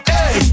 Hey